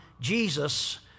Jesus